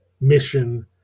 mission